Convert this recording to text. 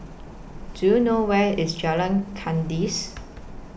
Do YOU know Where IS Jalan Kandis